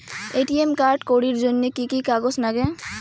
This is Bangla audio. এ.টি.এম কার্ড করির জন্যে কি কি কাগজ নাগে?